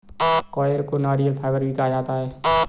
coir को नारियल fibre भी कहा जाता है